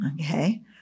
Okay